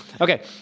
Okay